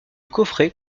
coffret